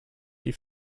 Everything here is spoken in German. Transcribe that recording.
die